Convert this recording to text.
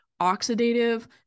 oxidative